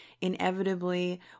inevitably